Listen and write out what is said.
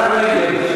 השרה רגב,